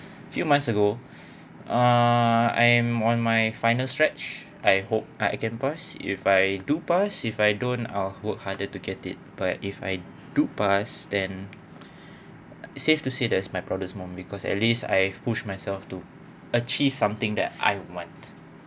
few months ago uh I'm on my final stretch I hope I can pass if I do pass if I don't I'll work harder to get it but if I do pass then safe to said that's my proudest moment because at least I push myself to achieve something that I want